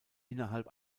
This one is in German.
innerhalb